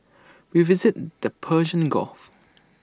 we visited the Persian gulf